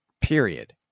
period